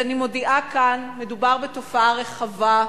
אני מודיעה כאן: מדובר בתופעה רחבה,